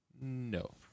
No